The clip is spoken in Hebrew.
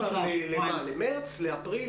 או לאפריל?